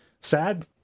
sad